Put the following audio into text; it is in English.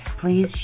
please